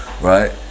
right